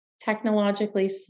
technologically